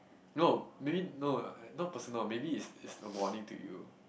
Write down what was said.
no maybe no not personal maybe is is a warning to you